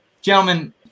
gentlemen